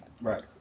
Right